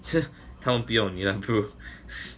他们不要你 lah bro